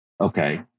Okay